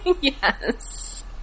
Yes